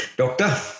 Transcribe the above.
doctor